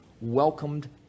welcomed